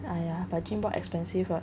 !aiya! but Gymmboxx expensive